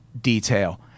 detail